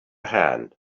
hand